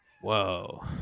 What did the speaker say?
Whoa